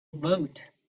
vote